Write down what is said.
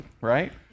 right